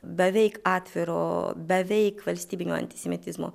beveik atviro beveik valstybinio antisemitizmo